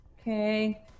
Okay